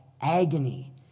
agony